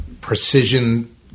precision